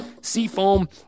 Seafoam